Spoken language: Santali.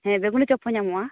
ᱦᱮᱸ ᱵᱮᱜᱽᱱᱤ ᱪᱚᱯ ᱦᱚᱸ ᱧᱟᱢᱚᱜᱼᱟ